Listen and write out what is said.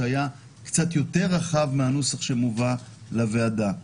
שהיה קצת יותר רחב מהנוסח שמובא לוועדה.